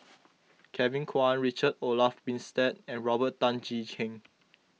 Kevin Kwan Richard Olaf Winstedt and Robert Tan Jee Keng